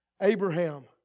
Abraham